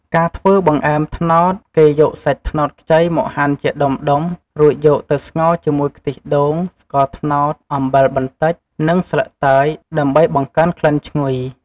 ការធ្វើបង្អែមត្នោត គេយកសាច់ត្នោតខ្ចីមកហាន់ជាដុំៗ រួចយកទៅស្ងោរជាមួយខ្ទិះដូង ស្ករត្នោត អំបិលបន្តិច និងស្លឹកតើយ ដើម្បីបង្កើនក្លិនឈ្ងុយ។